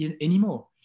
anymore